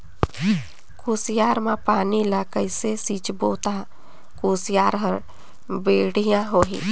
कुसियार मा पानी ला कइसे सिंचबो ता कुसियार हर बेडिया होही?